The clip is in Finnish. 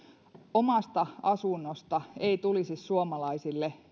omasta asunnosta ei tulisi suomalaisille